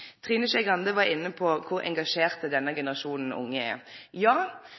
Trine Skei Grande var inne på kor engasjert denne unge generasjonen er. Ja,